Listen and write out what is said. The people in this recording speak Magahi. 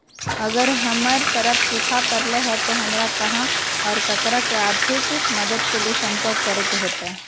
अगर हमर तरफ सुखा परले है तो, हमरा कहा और ककरा से आर्थिक मदद के लिए सम्पर्क करे होतय?